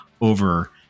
over